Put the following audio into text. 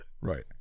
Right